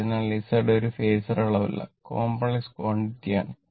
അതിനാൽ Z ഒരു phasor അളവല്ല കോംപ്ലക്സ് ക്വാണ്ടിറ്റി ആണ്